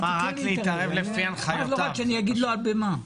חכה רק שאגיד לו גם במה להתערב...